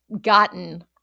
gotten